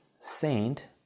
saint